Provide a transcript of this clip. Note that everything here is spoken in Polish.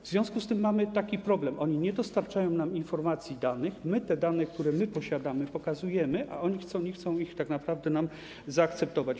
W związku z tym mamy taki problem: oni nie dostarczają nam informacji, danych, a my dane, które posiadamy, pokazujemy, zaś oni nie chcą ich tak naprawdę zaakceptować.